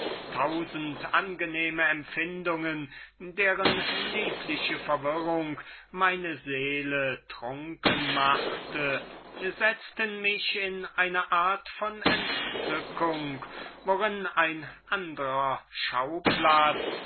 tausend angenehme empfindungen deren liebliche verwirrung meine seele trunken machte setzte sie in eine art von entzückung worinnen ein andrer schauplatz